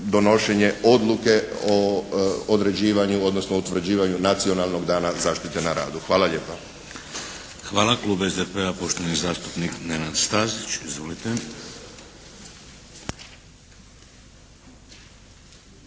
donošenja odluke o određivanju, odnosno utvrđivanju Nacionalnog dana zaštite na radu. Hvala lijepa. **Šeks, Vladimir (HDZ)** Hvala. Klub SDP-a poštovani zastupnik Nenad Stazić. Izvolite.